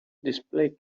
display